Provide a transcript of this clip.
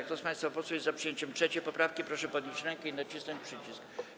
Kto z państwa posłów jest za przyjęciem 3. poprawki, proszę podnieść rękę i nacisnąć przycisk.